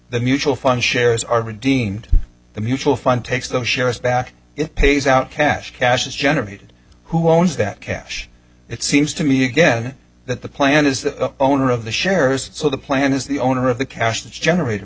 the mutual fund shares are redeemed the mutual fund takes those shares back it pays out cash cash is generated who owns that cash it seems to me again that the plan is the owner of the shares so the plan is the owner of the cash generated